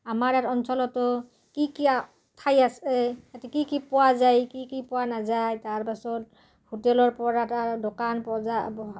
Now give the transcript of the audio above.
আমাৰ ইয়াত অঞ্চলতো কি কি ঠাই আছে এ কি কি পোৱা যায় কি কি পোৱা নাযায় তাৰপাছত হোটেলৰ পৰা দোকান